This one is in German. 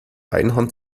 einhorn